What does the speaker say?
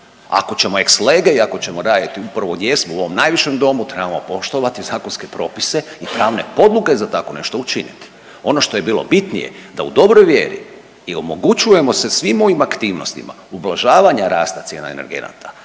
Ako ćemo ex lege i ako ćemo raditi upravo gdje jesmo u ovom najvišem Domu trebamo poštovani zakonske propise i pravne podloge za tako nešto učiniti. Ono što je bilo bitnije, da u dobroj vjeri i omogućujemo sa svim mojim aktivnostima ublažavanja rasta cijena energenata,